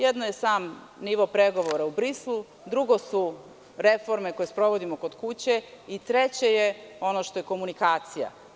Jedno je sam nivo pregovora u Briselu, drugo su reforme koje sprovodimo kod kuće i treće je ono što je komunikacija.